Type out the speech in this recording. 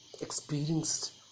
Experienced